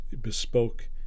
bespoke